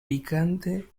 picante